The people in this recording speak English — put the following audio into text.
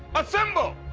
assemble.